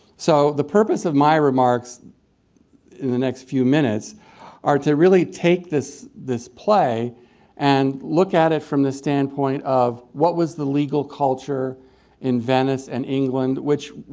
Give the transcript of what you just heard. so the purpose of my remarks in the next few minutes are to really take this this play and look at it from the standpoint of what was the legal culture in venice and england which,